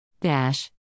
Dash